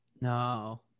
No